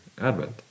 Advent